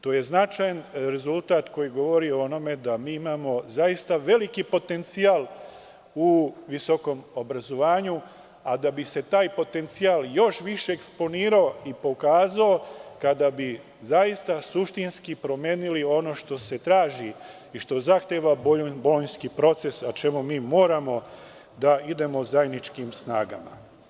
To je značajan rezultat koji govori da imamo zaista veliki potencijal u visokom obrazovanju,a da bi se taj potencijal još više eksponirao i pokazao, kada bi suštinski promenili ono što se traži i što zahteva bolonjski proces, a čemu mi moramo da idemo zajedničkim snagama.